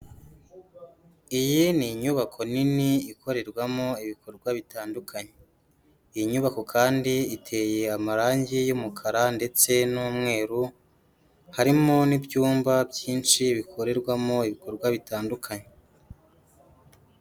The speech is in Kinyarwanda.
Iyi ni inyubako nini ikorerwamo ibikorwa bitandukanye, iyi nyubako kandi iteye amarangi y'umukara ndetse n'umweru, harimo n'ibyumba byinshi bikorerwamo ibikorwa bitandukanye.